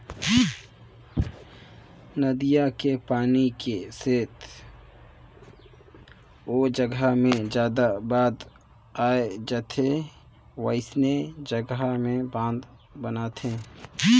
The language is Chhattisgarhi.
नदिया के पानी के सेथा ओ जघा मे जादा बाद आए जाथे वोइसने जघा में बांध बनाथे